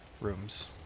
rooms